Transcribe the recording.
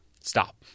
Stop